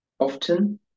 Often